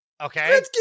Okay